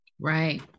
Right